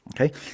okay